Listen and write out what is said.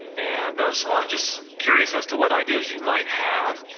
and so i'm just curious as to what ideas you might have